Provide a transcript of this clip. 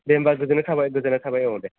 दे होमब्ला गोजोननाय थाबाय गोजोननाय थाबाय अ दे